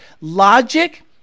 logic